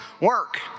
work